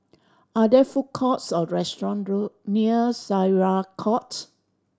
are there food courts or restaurant road near Syariah Court